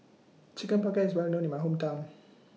Chicken Pocket IS Well known in My Hometown